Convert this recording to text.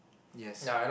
yes